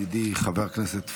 ידידי חבר הכנסת פוגל,